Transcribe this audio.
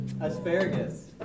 Asparagus